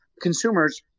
consumers